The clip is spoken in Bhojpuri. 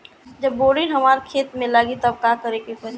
जब बोडिन हमारा खेत मे लागी तब का करे परी?